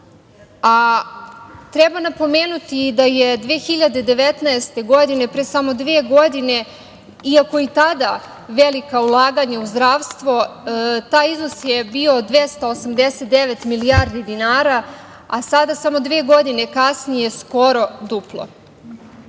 Treba napomenuti da je 2019. godine, pre samo dve godine, iako i tada velika ulaganja u zdravstvo, taj iznos je bio 289 milijardi dinara, a sada, samo dve godine, skoro duplo.Za